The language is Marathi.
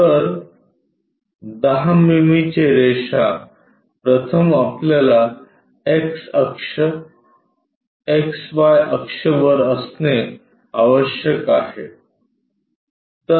तर 10 मिमीची रेषा प्रथम आपल्याला एक्स अक्ष एक्स वाय अक्ष वर असणे आवश्यक आहे